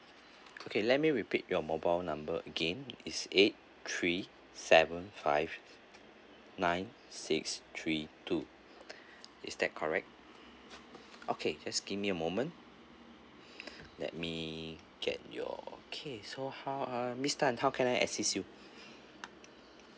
okay let me repeat your mobile number again is eight three seven five nine six three two is that correct okay just give me a moment let me get your okay so how ah miss tan how can I assist you